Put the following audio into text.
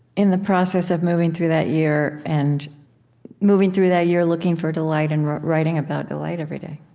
in the process of moving through that year and moving through that year looking for delight and writing about delight every day?